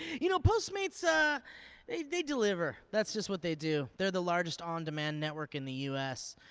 you know postmates, ah they they deliver, that's just what they do. they're the largest on demand network in the us,